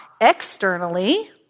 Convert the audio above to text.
externally